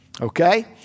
Okay